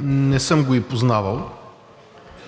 не съм го и познавал.